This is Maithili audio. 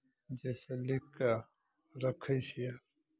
जे छै लिखि कऽ रखै छियै